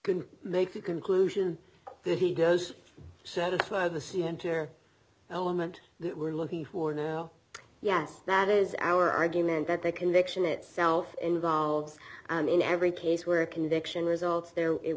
couldn't make the conclusion that he goes satisfy the cmdr element that we're looking for now yes that is our argument that the conviction itself involves in every case where a conviction results there it